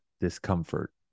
discomfort